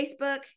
facebook